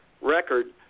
Record